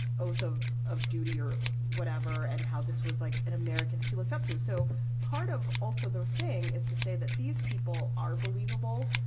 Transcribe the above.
oath of of duty or whatever and how this was like an american. she looked up to you. so part of also their thing is to say that these people are believable,